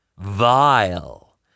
vile